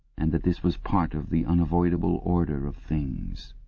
and that this was part of the unavoidable order of things.